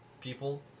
people